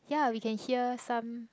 ya we can hear some